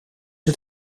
het